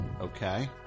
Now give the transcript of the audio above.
Okay